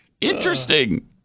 Interesting